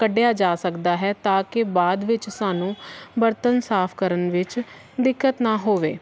ਕੱਢਿਆ ਜਾ ਸਕਦਾ ਹੈ ਤਾਂ ਕਿ ਬਾਅਦ ਵਿੱਚ ਸਾਨੂੰ ਬਰਤਨ ਸਾਫ ਕਰਨ ਵਿੱਚ ਦਿੱਕਤ ਨਾ ਹੋਵੇ